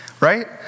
right